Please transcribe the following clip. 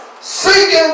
seeking